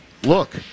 Look